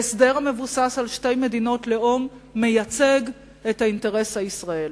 שהסדר מבוסס על שתי מדינות לאום מייצג את האינטרס הישראלי.